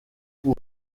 pour